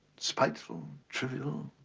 spiteful. trivial.